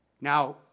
Now